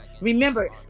Remember